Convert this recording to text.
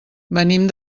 venim